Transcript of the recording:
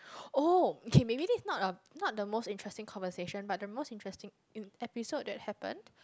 oh okay maybe this is not a not the most interesting conversation but the most interesting uh episode that happened